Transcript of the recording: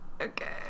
Okay